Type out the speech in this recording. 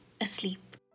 asleep